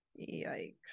Yikes